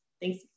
Thanks